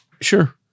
Sure